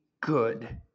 good